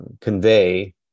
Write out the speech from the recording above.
convey